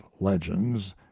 legends